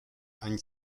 ani